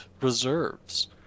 reserves